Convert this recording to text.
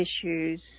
issues